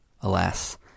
Alas